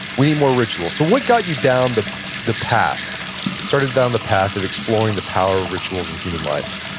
we need more rituals. so what got you down the the path, got started down the path of exploring the power of rituals in human life?